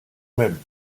même